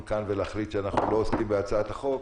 כאן ולהחליט שאנחנו לא עוסקים בהצעת החוק.